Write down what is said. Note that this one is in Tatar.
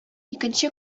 икенче